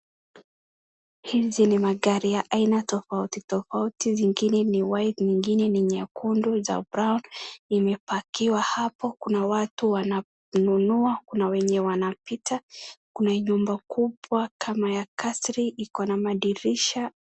Hizi ni magari ya aina tofauti tofauti zingine ni white nyingine ni nyekundu, za brown imepakiwa hapo. Kuna watu wananunua, kuna wenye wanapita, kuna nyumba kubwa kama ya kasri iko na madirisha.